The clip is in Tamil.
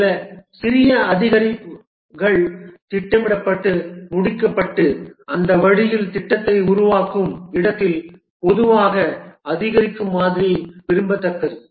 சில சிறிய அதிகரிப்புகள் திட்டமிடப்பட்டு முடிக்கப்பட்டு அந்த வழியில் திட்டத்தை உருவாக்கும் இடத்தில் பொதுவாக அதிகரிக்கும் மாதிரி விரும்பத்தக்கது